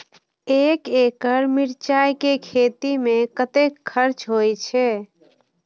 एक एकड़ मिरचाय के खेती में कतेक खर्च होय छै?